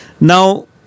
Now